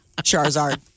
Charizard